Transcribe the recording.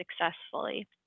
successfully